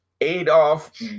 Adolf